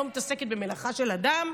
אני לא מתעסקת במלאכה של אדם,